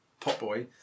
Potboy